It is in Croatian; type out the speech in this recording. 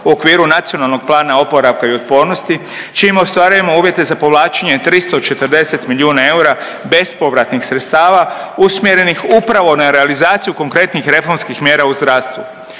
u okviru Nacionalnog plana oporavka i otpornosti čime ostvarujemo uvjete za povlačenje 340 milijuna eura bespovratnih sredstava usmjerenih upravo na realizaciju konkretnih reformskih mjera u zdravstvu.